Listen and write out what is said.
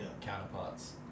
Counterparts